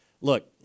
Look